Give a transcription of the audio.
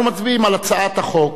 אנחנו מצביעים על הצעת חוק